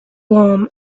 warm